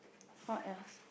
what else